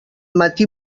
matí